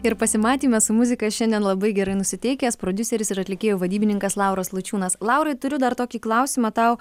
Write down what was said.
ir pasimatyme su muzika šiandien labai gerai nusiteikęs prodiuseris ir atlikėjų vadybininkas lauras lučiūnas laurai turiu dar tokį klausimą tau